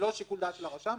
זה לא שיקול הדעת של הרשם,